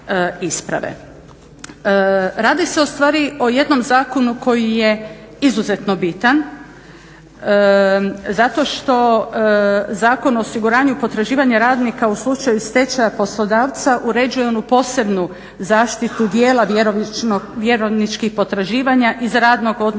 Radi se ustvari o jednom zakonu koji je izuzetno bitan zato što Zakon o osiguranju i potraživanju radnika u slučaju stečaja poslodavca uređuje onu posebnu zaštitu dijela vjerovničkih potraživanja iz radnog odnosa